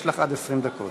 יש לך עד 20 דקות.